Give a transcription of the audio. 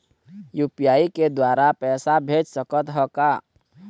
UPI के द्वारा पैसा भेज सकत ह का?